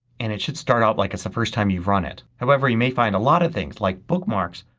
and it should start off like it's the first time you've run it. however, you may find a lot of things, like bookmarks,